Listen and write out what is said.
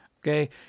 Okay